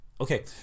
okay